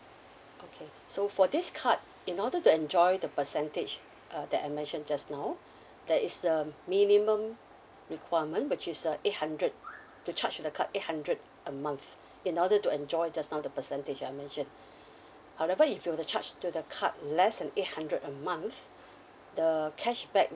okay so for this card in order to enjoy the percentage uh that I mentioned just now that is um minimum requirement which is uh eight hundred to charge the card eight hundred a month in order to enjoy just now the percentage I mentioned however if you were to charge to the card less than eight hundred a month the cashback